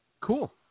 Cool